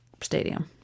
stadium